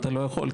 אתה לא יכול,